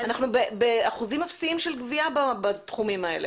אנחנו באחוזים אפסיים של גבייה בתחומים האלה.